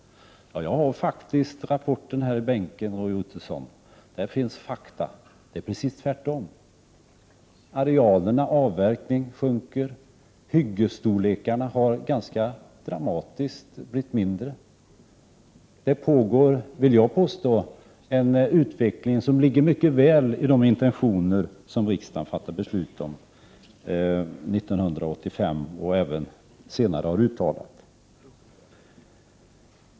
Jag har faktiskt rapporten här i bänken, Roy Ottosson. Där finns fakta, och de är precis de motsatta mot vad han hävdar. Arealerna avverkad skog sjunker och hyggesstorlekarna har blivit ganska drastiskt mindre. Jag vill påstå att den utveckling som pågår ligger väl i linje med riksdagens intentioner i beslutet 1985 och i senare uttalanden.